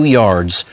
yards